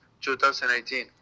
2018